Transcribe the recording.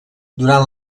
durant